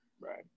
right